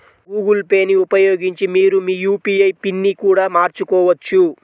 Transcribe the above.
Google Pay ని ఉపయోగించి మీరు మీ యూ.పీ.ఐ పిన్ని కూడా మార్చుకోవచ్చు